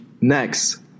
Next